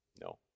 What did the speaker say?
No